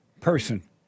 person